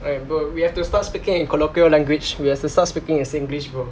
alright bro we have to start speaking in colloquial language we have to start speaking in singlish bro